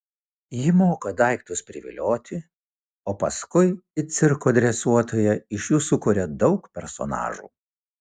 ji moka daiktus privilioti o paskui it cirko dresuotoja iš jų sukuria daug personažų